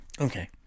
Okay